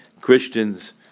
Christians